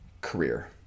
career